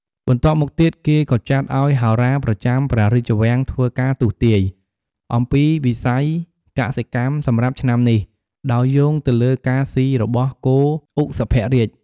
បន្ទាប់មកទៀតគេក៏ចាត់ឪ្យហោរាប្រចាំព្រះរាជវាំងធ្វើការទស្សទាយន៍ អំពីវិស័យកសិកម្មសម្រាប់ឆ្នាំនេះ ដោយយោងទៅលើការស៊ីរបស់គោឧសភរាជ ។